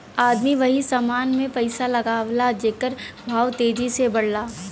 आदमी वही समान मे पइसा लगावला जेकर भाव तेजी से बढ़ला